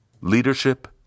leadership